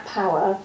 power